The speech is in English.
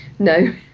No